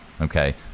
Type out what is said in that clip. Okay